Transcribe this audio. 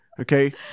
Okay